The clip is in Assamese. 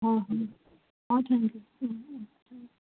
অঁ হয় অঁ থেংক ইউ